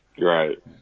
Right